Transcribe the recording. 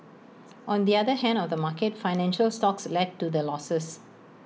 on the other hand of the market financial stocks led to the losses